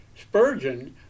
Spurgeon